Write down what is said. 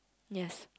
yes